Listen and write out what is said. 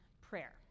prayer